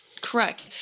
Correct